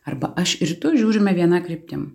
arba aš ir tu žiūrime viena kryptim